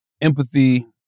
empathy